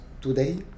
today